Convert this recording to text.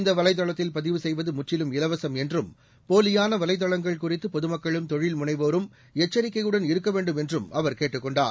இந்த வலைதளத்தில் பதிவு செய்வது முற்றிலும் இலவசம் என்றும் போலியான வலைதளங்கள் குறித்து பொதுமக்களும் தொழில்முனைவோரும் எச்சரிக்கையுடன் இருக்க வேண்டும் என்றும் அவர் கேட்டுக் கொண்டார்